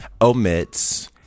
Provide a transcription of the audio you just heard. omits